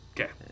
Okay